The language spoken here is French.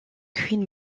queen